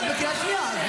את בקריאה שנייה.